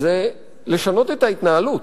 זה לשנות את ההתנהלות,